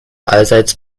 allseits